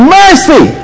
mercy